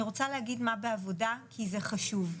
אני רוצה להגיד מה בעבודה כי זה חשוב,